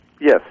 Yes